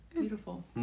beautiful